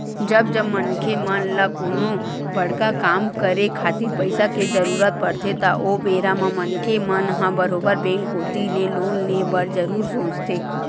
जब जब मनखे मन ल कोनो बड़का काम करे खातिर पइसा के जरुरत पड़थे त ओ बेरा मनखे मन ह बरोबर बेंक कोती ले लोन ले बर जरुर सोचथे